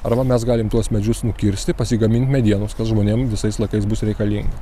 arba mes galim tuos medžius nukirsti pasigamint medienos kas žmonėm visais laikais bus reikalinga